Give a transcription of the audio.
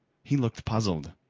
he looked puzzled.